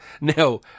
Now